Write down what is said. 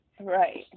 Right